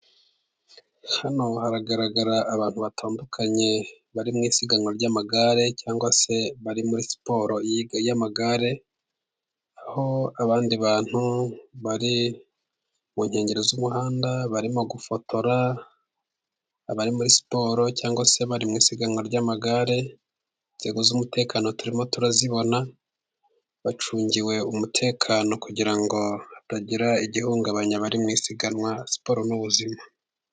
Hano haragaragara abantu batandukanye bari mu isiganwa ry'amagare cyangwa se bari muri siporo y'amagare, aho abandi bantu bari mu nkengero z'umuhanda, barimo gufotora abari muri siporo, cyangwa se bari mu isiganwa ry'amagare, inzego z'umutekano turimo turazibona, bacungiwe umutekano kugira ngo hatagira igihungabanya abari mu isiganwa. Siporo ni ubuzima.